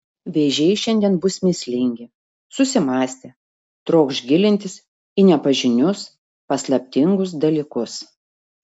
vėžiai šiandien bus mįslingi susimąstę trokš gilintis į nepažinius paslaptingus dalykus